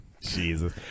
Jesus